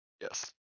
Yes